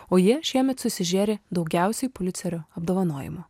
o jie šiemet susižėrė daugiausiai pulicerio apdovanojimų